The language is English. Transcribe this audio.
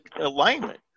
alignment